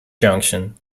junction